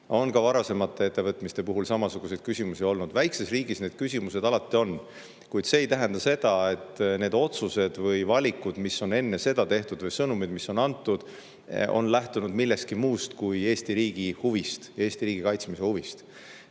On ka varasemate ettevõtmiste puhul samasuguseid küsimusi olnud. Väikses riigis need küsimused alati on, kuid see ei tähenda seda, et need otsused või valikud, mis on enne seda tehtud, või sõnumid, mis on antud, on lähtunud millestki muust kui Eesti riigi huvist ja Eesti riigi kaitsmise huvist.